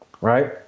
right